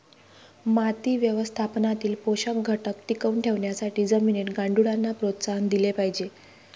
माती व्यवस्थापनातील पोषक घटक टिकवून ठेवण्यासाठी जमिनीत गांडुळांना प्रोत्साहन दिले पाहिजे